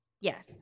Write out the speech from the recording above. yes